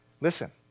Listen